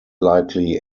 likely